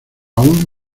aún